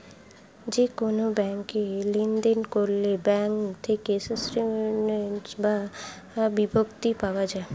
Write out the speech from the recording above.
যে কোন ব্যাংকে লেনদেন করলে ব্যাঙ্ক থেকে স্টেটমেন্টস বা বিবৃতি পাওয়া যায়